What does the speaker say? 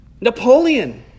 Napoleon